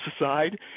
aside